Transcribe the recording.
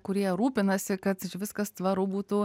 kurie rūpinasi kad čia viskas tvaru būtų